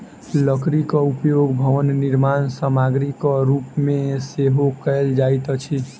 लकड़ीक उपयोग भवन निर्माण सामग्रीक रूप मे सेहो कयल जाइत अछि